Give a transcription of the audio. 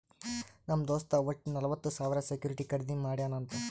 ನಮ್ ದೋಸ್ತ್ ವಟ್ಟ ನಲ್ವತ್ ಸಾವಿರ ಸೆಕ್ಯೂರಿಟಿ ಖರ್ದಿ ಮಾಡ್ಯಾನ್ ಅಂತ್